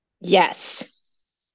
Yes